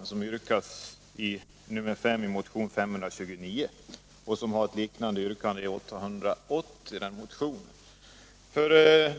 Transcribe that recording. såsom yrkas i punkten 5 i motionen 1976 77:880.